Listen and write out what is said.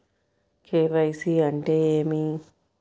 KYC అంటే ఏమి?